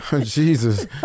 Jesus